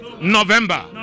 November